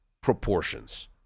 proportions